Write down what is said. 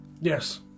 Yes